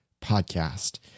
PODCAST